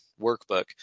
workbook